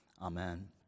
Amen